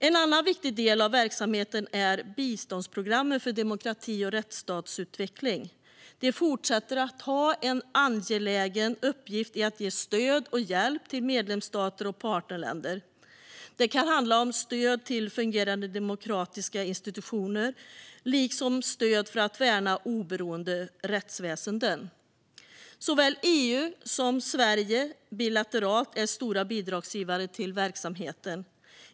En annan viktig del av verksamheten är biståndsprogrammen för demokrati och rättsstatsutveckling. De fortsätter att ha en angelägen uppgift i att ge stöd och hjälp till medlemsstater och partnerländer. Det kan handla om stöd till fungerande demokratiska institutioner liksom stöd för att värna oberoende rättsväsenden. Såväl EU som Sverige bilateralt är stora bidragsgivare till verksamheten.